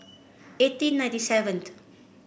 eighteen ninety seven